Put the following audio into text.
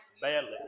Badly